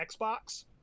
Xbox